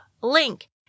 link